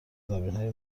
زمینهای